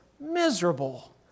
miserable